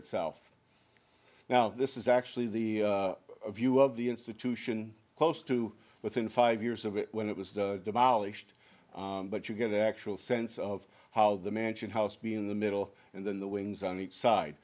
itself now this is actually the view of the institution close to within five years of it when it was demolished but you get the actual sense of how the mansion house being in the middle and then the wings on each side